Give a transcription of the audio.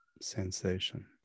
sensation